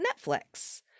netflix